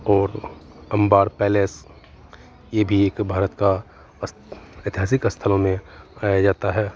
और अंबर पैलेस ये भी एक भारत का ऐतिहासिक अस्थलों में पाया जाता है